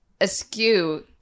Askew